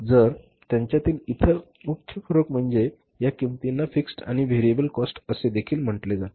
तर त्यांच्यातील इतर मुख्य फरक म्हणजे या किंमतींना फिक्स्ड आणि व्हेरिएबल कॉस्ट असे देखील म्हटले जाते